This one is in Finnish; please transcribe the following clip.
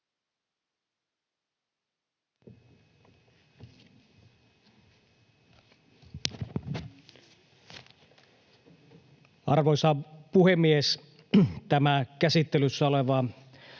Arvoisa puhemies! Tämä käsittelyssä oleva